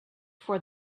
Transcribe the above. for